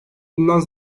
bundan